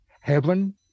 heaven